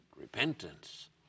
repentance